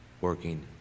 working